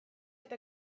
eta